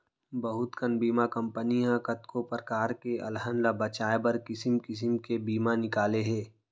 बहुत कन बीमा कंपनी ह कतको परकार के अलहन ल बचाए बर किसिम किसिम के बीमा निकाले हे